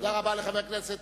תודה רבה לחבר הכנסת.